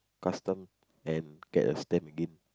custom and get a stamp again